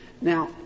Now